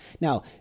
Now